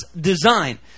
design